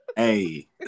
Hey